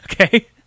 Okay